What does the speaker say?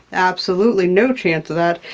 absolutely no chance of that,